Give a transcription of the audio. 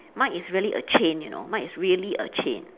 mine is really a chain you know mine is really a chain